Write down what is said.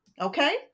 Okay